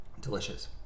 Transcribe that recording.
Delicious